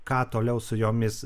ką toliau su jomis